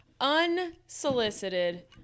unsolicited